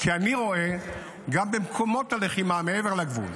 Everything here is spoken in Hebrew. כי אני רואה גם במקומות הלחימה מעבר לגבול,